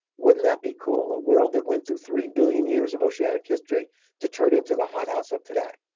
wouldn't that be cool? a world that went through three billion years of oceanic history to turn into the hothouse of today.